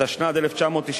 חוק חנייה לנכים, התשנ"ד 1993,